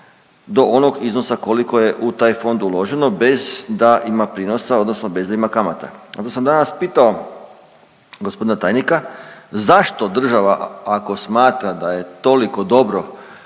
do onog iznosa koliko je u taj fond uloženo bez da imam prinosa odnosno bez da ima kamata. Onda sam danas pitao g. tajnika zašto država ako smatra da je toliko dobro